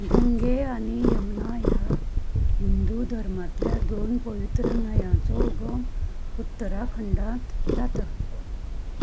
गंगे आनी यमुना ह्या हिंदू धर्मांतल्या दोन पवित्र न्हंयाचो उगम उत्तराखंडात जाता